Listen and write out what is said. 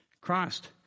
Christ